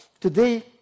today